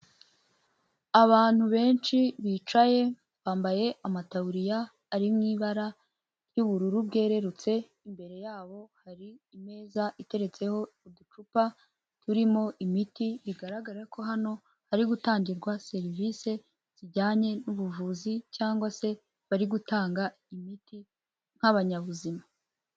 Abantu benshi bicaye bambaye amataburiya ari mu ibara ry'ubururu bwererutse, imbere yabo hari imeza iteretseho uducupa turimo imiti, bigaragara ko hano hari gutangirwa serivisi zijyanye n'ubuvuzi, cyangwa se bari gutanga imiti nk'abanyabuzima.